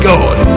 God